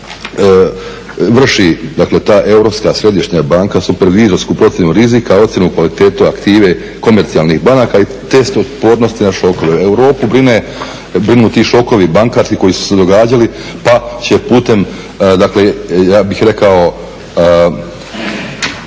vrši dakle ta Europska središnja banka supervizorsku procjenu rizika, ocjenu kvalitete aktive komercijalnih banaka i test otpornosti na šokove. Europu brinu ti šokovi bankarski koji su se događali pa će putem dakle ja bih rekao